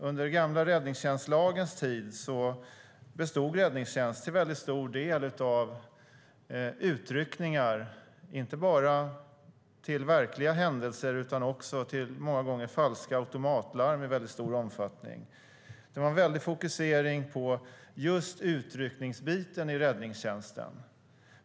Under den gamla räddningstjänstlagens tid bestod räddningstjänst till stor del av utryckningar, inte bara till verkliga händelser utan det var också i stor utsträckning falska automatlarm. Det var en väldig fokusering på just utryckningsbiten i räddningstjänsten.